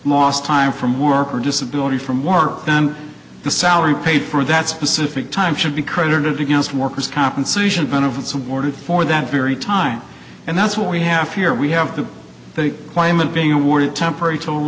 of time from work or disability from work done the salary paid for that specific time should be credited against workers compensation benefits awarded for that very time and that's what we have here we have to claimant being awarded temporary to